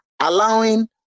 allowing